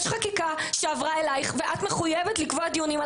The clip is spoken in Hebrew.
יש חקיקה שעברה אלייך ואת מחויבת לקבוע דיונים על